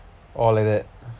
orh like that